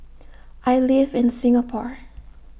I live in Singapore